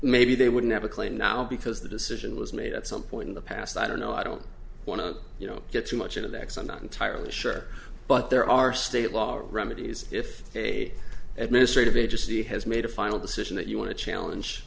maybe they wouldn't have a claim now because the decision was made at some point in the past i don't know i don't want to get too much into the ex i'm not entirely sure but there are state law or remedies if a administrative agency has made a final decision that you want to challenge